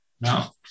Now